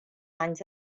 anys